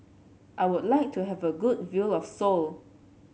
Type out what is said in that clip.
I would like to have a good view of Seoul